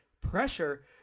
pressure